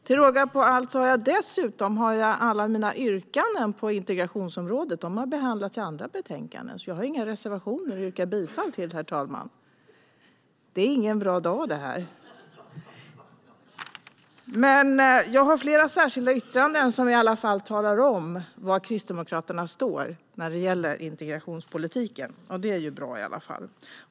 Till råga på allt har alla mina yrkanden på integrationsområdet behandlats i andra betänkanden, så jag har inga reservationer att yrka bifall till, herr talman. Det är ingen bra dag! Men jag har flera särskilda yttranden till betänkandet som i alla fall talar om var Kristdemokraterna står när det gäller integrationspolitiken. Det är bra.